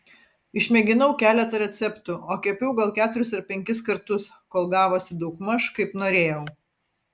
išmėginau keletą receptų o kepiau gal keturis ar penkis kartus kol gavosi daugmaž kaip norėjau